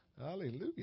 Hallelujah